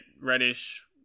reddish